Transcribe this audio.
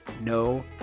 no